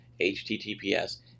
HTTPS